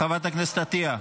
חברת הכנסת עטייה.